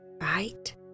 right